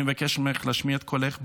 אני מבקש ממך להשמיע את קולך בעוז,